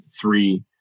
three